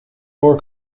door